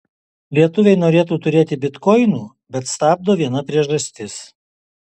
lietuviai norėtų turėti bitkoinų bet stabdo viena priežastis